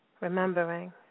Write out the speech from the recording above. remembering